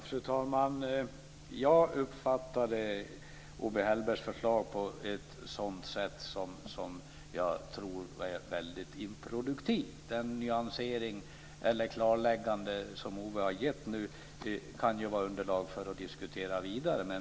Fru talman! Jag uppfattade Owe Hellbergs förslag som improduktivt. Det klarläggande som han har gjort nu kan vara underlag för att diskutera vidare.